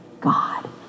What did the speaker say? God